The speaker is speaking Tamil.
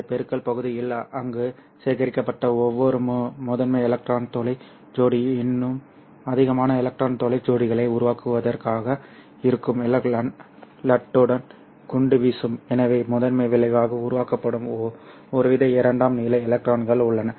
இந்த பெருக்கல் பகுதியில் அங்கு சேகரிக்கப்பட்ட ஒவ்வொரு முதன்மை எலக்ட்ரான் துளை ஜோடி இன்னும் அதிகமான எலக்ட்ரான் துளை ஜோடிகளை உருவாக்குவதற்காக இருக்கும் லட்டுடன் குண்டு வீசும் எனவே முதன்மை விளைவாக உருவாக்கப்படும் ஒருவித இரண்டாம் நிலை எலக்ட்ரான்கள் உள்ளன